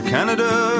Canada